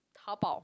Taobao